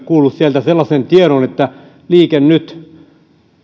kuullut sieltä sellaisen tiedon että liike nyt